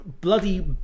bloody